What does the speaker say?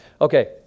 Okay